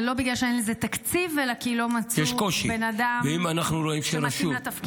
זה לא בגלל שאין לזה תקציב אלא כי לא מצאו בן אדם שמתאים לתפקיד.